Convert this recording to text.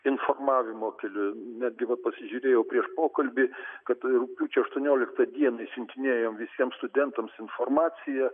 informavimo keliu netgi va pasižiūrėjau prieš pokalbį kad rugpjūčio aštuonioliktą dieną išsiuntinėjom visiems studentams informaciją